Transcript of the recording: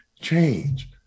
change